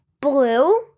Blue